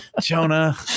Jonah